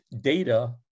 data